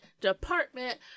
department